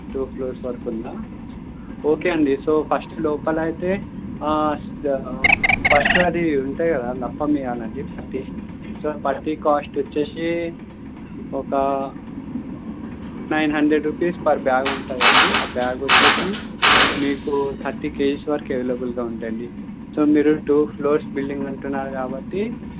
two floors వరకుందా okay అండి so first లోపల అయితే సా ఫస్ట్ అది ఉంటుంది కదా లపమ్మి అనేది పట్టీ సో పట్టీ కాస్ట్ వచ్చేసి ఒక nine hundred rupees for bag ఉంటదండి ఆ బ్యాగ్ వచ్చేసి మీకు థర్టీ కేజీస్ వరకు అవైలబుల్గా ఉందండి సో మీరు టూ ఫ్లోర్స్ బిల్డింగ్ అంటున్నారు కాబట్టి